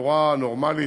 ובצורה נורמלית,